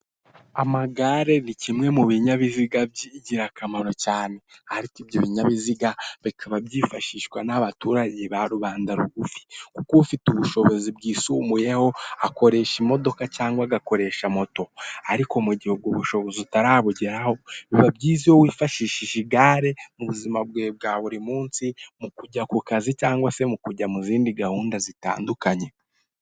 Amagare ni kimwe mu binyabiziga by'ingirakamaro cyane, ariko ibyo binyabiziga bikaba byifashishwa n'abaturage ba rubanda rugufi kuko ufite ubushobozi bwisumbuyeho akoresha imodoka cyangwa agakoresha moto. Ariko mu gihe ubwo bushobozi utarabugeraho, biba byiza iyo wifashishije igare mu buzima bwawe bwa buri munsi, mu kujya ku kazi cyangwa se mu kujya muri gahunda zitandukanye.